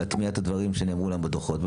להטמיע את הדברים שנאמרו להם בדוחות,